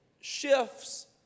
shifts